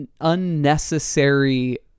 unnecessary